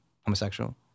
homosexual